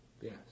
yes